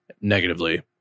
negatively